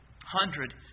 hundred